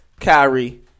Kyrie